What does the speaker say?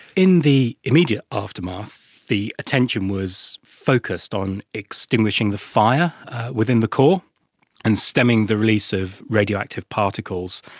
in the immediate aftermath the attention was focused on extinguishing the fire within the core and stemming the release of radioactive particles.